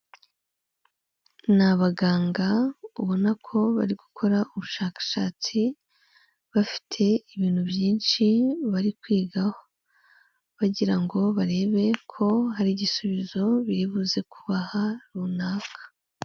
Ni abaganga ubona ko bari gukora ubushakashatsi, bafite ibintu byinshi bari kwigaho, bagira ngo barebe ko hari igisubizo biri buze kubaha runaka.